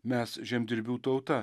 mes žemdirbių tauta